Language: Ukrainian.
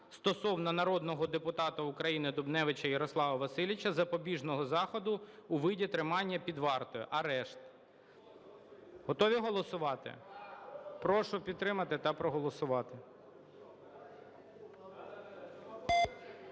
стосовно народного депутата України Дубневича Ярослава Васильовича запобіжного заходу у виді тримання під вартою (арешт). Готові голосувати? Прошу підтримати та проголосувати.